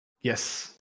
Yes